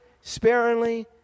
sparingly